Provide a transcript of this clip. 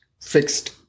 fixed